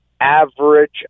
average